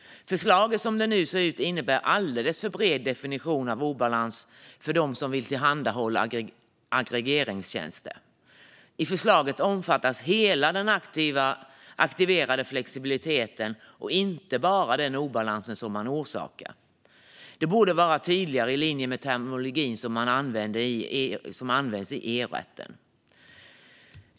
Förslaget som det nu ser ut innebär en alldeles för bred definition av obalans för dem som vill tillhandahålla aggregeringstjänster. I förslaget omfattas hela den aktiverade flexibiliteten, inte bara den obalans man orsakar. Detta borde vara tydligare och i linje med den terminologi som används i EU-rätten.